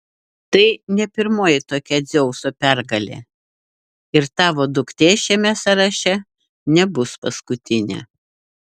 tai ne pirmoji tokia dzeuso pergalė ir tavo duktė šiame sąraše nebus paskutinė